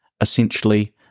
Essentially